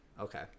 Okay